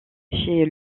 chez